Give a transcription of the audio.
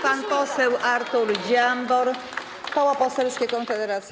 Pan poseł Artur Dziambor, Koło Poselskie Konfederacja.